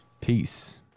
Peace